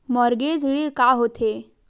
Mortgage ऋण का होथे?